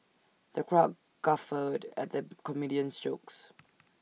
the crowd guffawed at the comedian's jokes